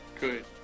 good